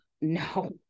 no